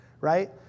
right